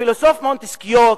הפילוסוף מונטסקיה,